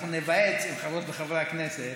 אנחנו ניוועץ עם חברות וחברי הכנסת.